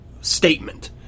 statement